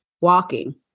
walking